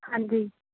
ਹਾਂਜੀ